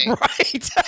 Right